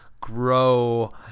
grow